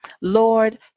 Lord